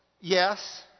Yes